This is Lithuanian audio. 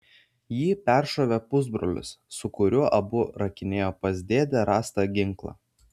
jį peršovė pusbrolis su kuriuo abu rakinėjo pas dėdę rastą ginklą